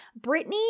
Britney